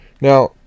Now